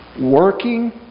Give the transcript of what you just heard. working